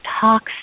talks